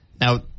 Now